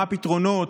מה הפתרונות?